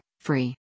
free